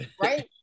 right